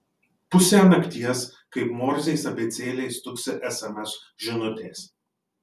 pusę nakties kaip morzės abėcėlė stuksi sms žinutės